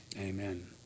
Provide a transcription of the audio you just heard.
Amen